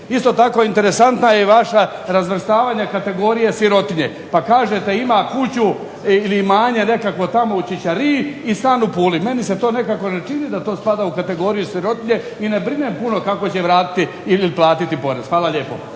Isto tako, interesantno je i vaše razvrstavanje kategorije sirotinje, pa kažete ima kuću ili imanje nekakvo tamo u Ćićariji i stan u Puli. Meni se to nekako ne čini da to spada u kategoriju sirotinje i ne brine puno kako će vratiti ili otplatiti porez. Hvala lijepo.